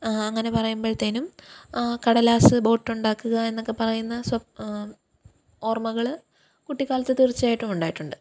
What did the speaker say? അങ്ങനെ പറയുമ്പോഴത്തേനും കടലാസ് ബോട്ടുണ്ടാക്കുക എന്നൊക്കെ പറയുന്ന സ്വപ്നം ഓർമ്മകൾ കുട്ടിക്കാലത്ത് തീർച്ചയായിട്ടും ഉണ്ടായിട്ടുണ്ട്